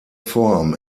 form